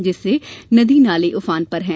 जिससे नदी नाले उफान पर हैं